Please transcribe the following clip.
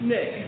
Nick